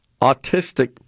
autistic